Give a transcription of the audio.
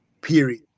period